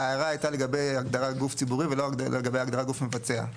ההערה הייתה לגבי הגדרת גוף ציבורי ולא לגבי הגדרת גוף מבצע.